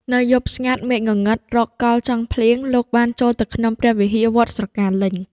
នៅយប់ស្ងាត់ មេឃងងឹតរកកល់ចង់ភ្លៀង លោកបានចូលទៅក្នុងព្រះវិហារវត្តស្រកាលេញ។